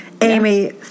Amy